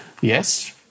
yes